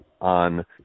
on